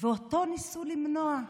ואותו ניסו למנוע,